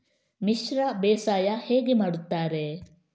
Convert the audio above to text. ಮಿಶ್ರ ಬೇಸಾಯ ಹೇಗೆ ಮಾಡುತ್ತಾರೆ?